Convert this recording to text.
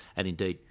and indeed,